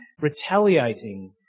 retaliating